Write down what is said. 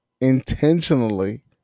Intentionally